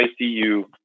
ICU